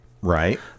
Right